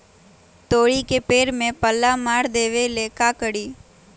तोड़ी के पेड़ में पल्ला मार देबे ले का करी?